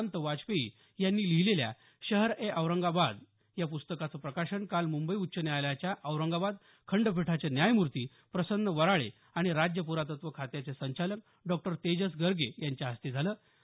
शिवाकांत वाजपेयी यांनी लिहिलेल्या शहर ए औरंगाबाद या प्स्तकाचं प्रकाशन काल मुंबई उच्च न्यायालयाच्या औरंगाबाद खंडपीठाचे न्यायमूर्ती प्रसन्न वराळे आणि राज्य पुरातत्त्व खात्याचे संचालक डॉक्टर तेजस गर्गे यांच्या हस्ते झालं